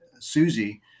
Susie